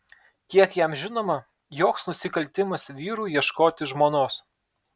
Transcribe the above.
kiek jam žinoma joks nusikaltimas vyrui ieškoti žmonos